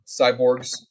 cyborgs